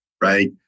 right